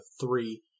three